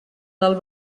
del